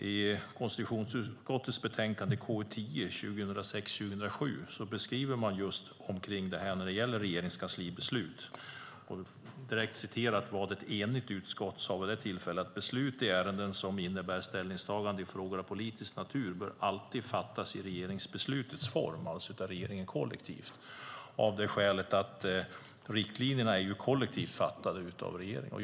I konstitutionsutskottets betänkande 2006/07:KU10 skriver man om detta när det gäller regeringskanslibeslut. Ett enigt utskott skrev vid detta tillfälle: "Beslut i ärenden som innebär ställningstagande i frågor av politisk natur bör alltid fattas i regeringsbeslutets form." Det innebär alltså att beslut ska fattas kollektivt av regeringen av det skälet att regeringen kollektivt har fattat beslut om riktlinjerna.